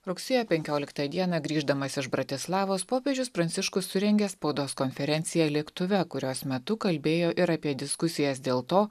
rugsėjo penkioliktą dieną grįždamas iš bratislavos popiežius pranciškus surengė spaudos konferenciją lėktuve kurios metu kalbėjo ir apie diskusijas dėl to